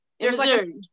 Missouri